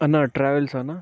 అన్నా ట్రావెల్సా అన్నా